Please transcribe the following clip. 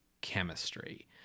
chemistry